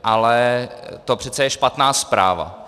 Ale to přece je špatná zpráva.